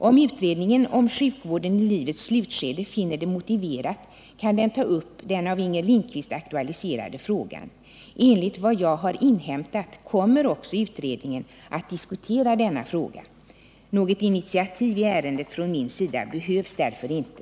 Om utredningen om sjukvården i livets slutskede finner det motiverat kan den ta upp den av Inger Lindquist aktualiserade frågan. Enligt vad jag har inhämtat kommer också utredningen att diskutera denna fråga. Något initiativ i ärendet från min sida behövs därför inte.